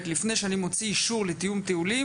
לפני שאני מוציא אישור לתיאום טיולים,